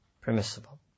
permissible